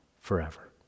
forever